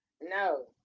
No